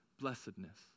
blessedness